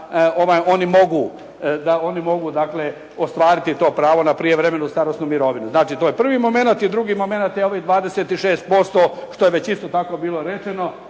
da oni mogu ostvariti to pravo na prijevremenu starosnu mirovinu. To je prvi momenat. I drugi momenat je ovih 26% što je već isto tako bilo rečeno